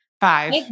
Five